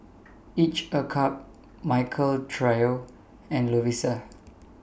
Each A Cup Michael Trio and Lovisa